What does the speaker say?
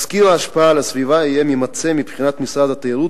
תסקיר ההשפעה על הסביבה יהיה ממצה מבחינת משרד התיירות